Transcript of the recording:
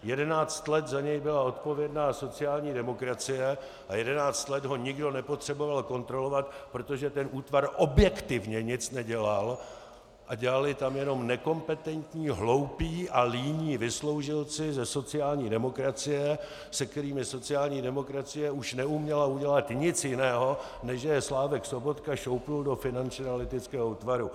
Jedenáct let za něj byla odpovědná sociální demokracie a jedenáct let ho nikdo nepotřeboval kontrolovat, protože tento útvar objektivně nic nedělal a dělali tam jenom nekompetentní, hloupí a líní vysloužilci ze sociální demokracie, se kterými sociální demokracie už neuměla udělat nic jiného, než že je Slávek Sobotka šoupl do Finančního analytického útvaru.